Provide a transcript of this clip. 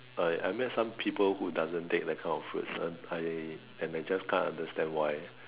uh I met some people who doesn't take that kind of fruits one I and I just can't understand why